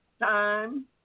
time